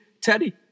Teddy